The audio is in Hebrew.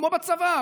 כמו בצבא,